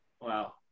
Wow